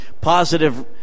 positive